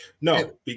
No